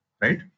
right